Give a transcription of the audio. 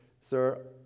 sir